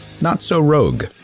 Not-So-Rogue